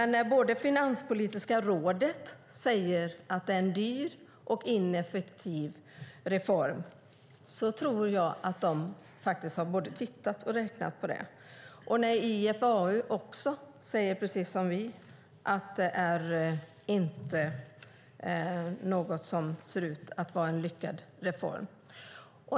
När Finanspolitiska rådet säger att det är en dyr och ineffektiv reform tror jag att det både har tittat och räknat på det. IFAU säger också precis som vi att det inte är något som ser ut att vara en lyckad reform.